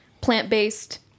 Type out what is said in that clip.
plant-based